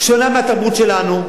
שונה מהתרבות שלנו,